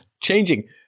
changing